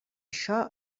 això